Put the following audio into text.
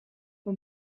een